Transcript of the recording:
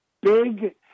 big